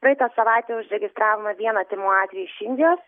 praeitą savaitę užregistravome vieną tymų atvejį iš indijos